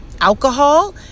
alcohol